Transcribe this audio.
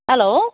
hello